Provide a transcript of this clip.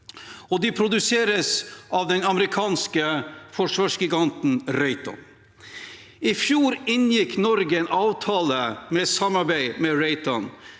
De produseres av den amerikanske forsvarsgiganten Raytheon. I fjor inngikk Norge en avtale om samarbeid med Raytheon